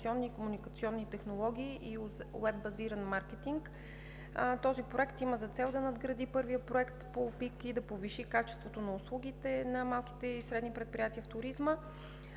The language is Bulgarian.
и комуникационни технологии и уеб-базиран маркетинг. Този проект има за цел да надгради първия проект пулпик и да повиши качеството на услугите на малките и средни предприятия в туризма.